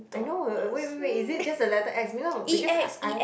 I know wait wait wait is it just the letter X no because I